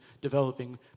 developing